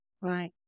right